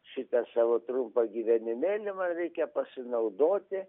šitą savo trumpą gyvenimėlį man reikia pasinaudoti